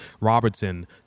Robertson